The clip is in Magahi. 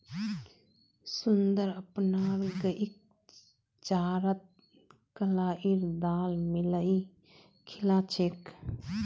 सुंदर अपनार गईक चारात कलाईर दाल मिलइ खिला छेक